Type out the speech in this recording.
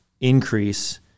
increase